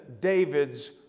David's